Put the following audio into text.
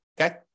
okay